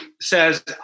says